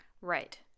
Right